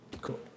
cool